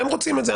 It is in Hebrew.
הם רוצים את זה,